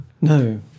No